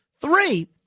Three